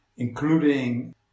including